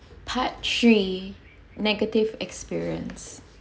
part three negative experience